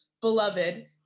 beloved